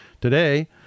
Today